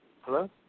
Hello